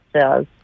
says